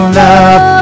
love